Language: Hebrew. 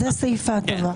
זה סעיף ההטבה.